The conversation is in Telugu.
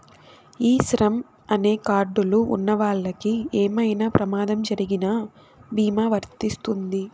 ఈ శ్రమ్ అనే కార్డ్ లు ఉన్నవాళ్ళకి ఏమైనా ప్రమాదం జరిగిన భీమా వర్తిస్తుంది